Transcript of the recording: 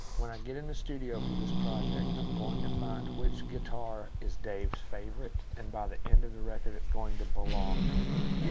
when i get in the studio for this project, i'm going to find which guitar is dave's favorite. and by the end of the record, it's going to belong to me.